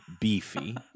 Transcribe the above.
beefy